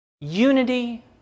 unity